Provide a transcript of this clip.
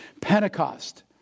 Pentecost